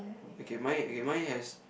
okay mine okay mine has